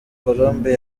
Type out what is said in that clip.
colombe